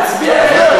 הוא הצביע עליה.